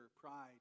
pride